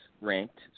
ranked